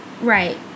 right